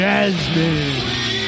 Jasmine